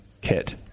kit